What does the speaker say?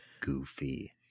goofy